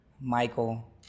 Michael